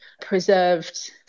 preserved